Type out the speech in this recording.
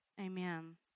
Amen